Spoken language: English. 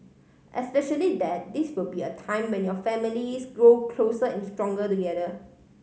especially that this will be a time when your families grow closer and stronger together